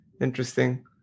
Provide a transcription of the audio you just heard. interesting